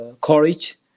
courage